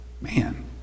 man